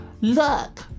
Look